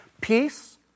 peace